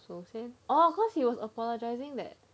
oh course he was apologising that